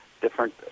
different